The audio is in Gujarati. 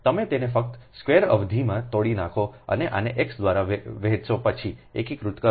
તમે તેને ફક્ત સ્ક્વેર અવધિમાં તોડી નાખો અને આને x દ્વારા વહેંચો પછી એકીકૃત કરો